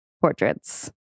portraits